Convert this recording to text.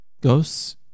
ghosts